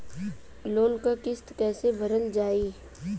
Loan क किस्त कैसे भरल जाए?